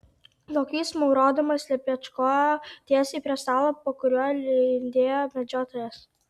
lokys maurodamas lepečkojo tiesiai prie stalo po kuriuo lindėjo medžiotojas